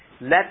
Let